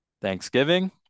Thanksgiving